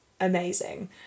amazing